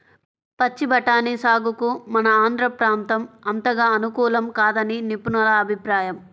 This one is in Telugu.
పచ్చి బఠానీ సాగుకు మన ఆంధ్ర ప్రాంతం అంతగా అనుకూలం కాదని నిపుణుల అభిప్రాయం